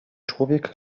człowiek